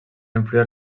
influir